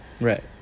Right